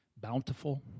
Bountiful